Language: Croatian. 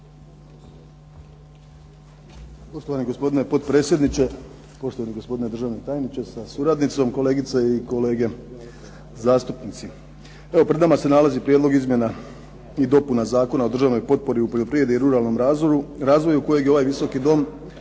Poštovani gospodine potpredsjedniče, poštovani gospodine državni tajniče sa suradnicom, kolegice i kolege zastupnici. Evo pred nama se nalazi Prijedlog izmjena i dopuna Zakona o državnoj potpori u poljoprivredi i ruralnom razvoju kojeg je ovaj Visoki dom usvojio